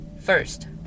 First